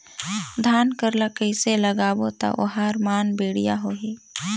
धान कर ला कइसे लगाबो ता ओहार मान बेडिया होही?